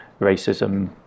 racism